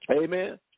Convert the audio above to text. Amen